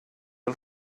els